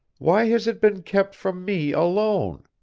why has it been kept from me alone?